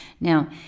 Now